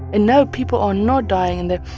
and no, people are not dying in there.